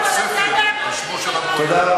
תודה.